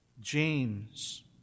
James